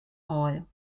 moel